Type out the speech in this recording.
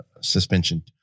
suspension